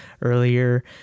earlier